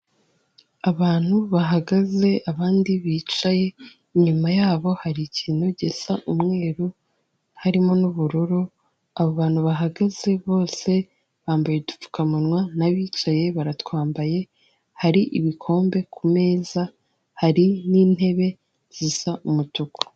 Abantu bahagaze abandi bicaye inyuma yabo hari ikintu gisa umweru harimo n'ubururu, abo abantu bahagaze bose bambaye udupfukamunwa n'abicaye baratwambaye, hari ibikombe ku meza hari n'intebe zisa umutuku.